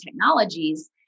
technologies